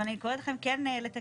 אבל אני קוראת לכם כן לתקן.